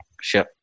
Sure